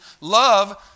Love